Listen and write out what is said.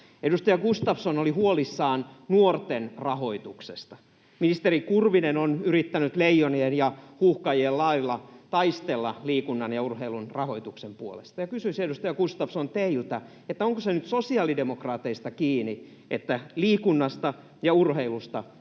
Edustaja Gustafsson oli huolissaan nuorten rahoituksesta. Ministeri Kurvinen on yrittänyt leijonien ja huuhkajien lailla taistella liikunnan ja urheilun rahoituksen puolesta. Kysyisin, edustaja Gustafsson, teiltä: onko se nyt sosiaalidemokraateista kiinni, että liikunnasta ja urheilusta Suomessa